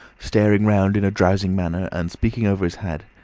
staring round in a drowsy manner, and speaking over his hand,